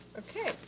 okay.